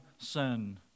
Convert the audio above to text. sin